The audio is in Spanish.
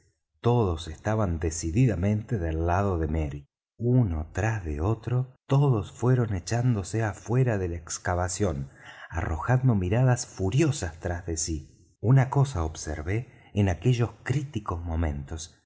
todos estaban decididamente del lado de merry uno tras de otro todos fueron echándose afuera de la excavación arrojando miradas furiosas tras de sí una cosa observé en aquellos críticos momentos